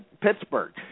Pittsburgh